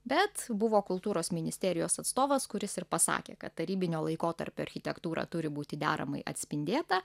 bet buvo kultūros ministerijos atstovas kuris ir pasakė kad tarybinio laikotarpio architektūra turi būti deramai atspindėta